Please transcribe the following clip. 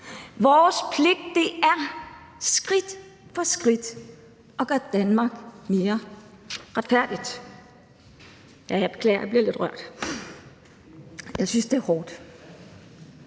Vores pligt er skridt for skridt at gøre Danmark mere retfærdigt. Jeg beklager, men jeg bliver lidt rørt – jeg synes, det er hårdt.